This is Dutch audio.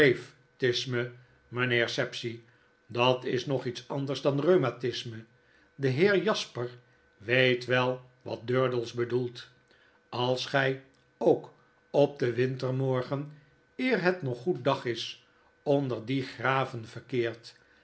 mynheer sapsea dat is nog iets anders dan rheumatisme de heer jasper weet wel wat durdels bedoelt als gy ook op een wintermorgen eer het nog goed dag is onder die graven verkeert